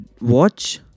watch